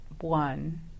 one